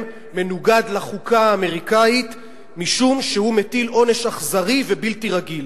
מנוגד לחוקה האמריקנית משום שהוא מטיל עונש אכזרי ובלתי רגיל.